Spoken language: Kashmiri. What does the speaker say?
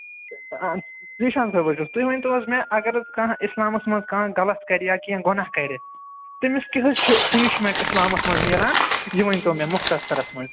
اَہن زِشان صٲب حظ چھُس تُہۍ ؤنۍ تو حظ مےٚ اَگر حظ کانہہ اِسلامَس منٛز کانہہ غلط کرِ یا کیٚنہہ گۄناہ کرِ تٔمِس کہِ حظ چھِ پٔنشِمینٹ اِسلامَس منٛز مِلان یہِ ؤنۍ تو مےٚ مُختَصرَس منٛز